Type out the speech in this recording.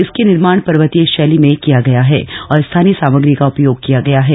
इसके निर्माण पर्वतीय शैली में किया गया है और स्थानीय सामग्री का उपयोग किया गया है